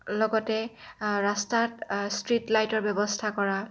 লগতে ৰাস্তাত ষ্ট্ৰীট লাইটৰ ব্যৱস্থা কৰা